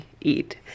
eat